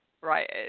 right